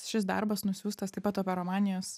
šis darbas nusiųstas taip pat operomanijos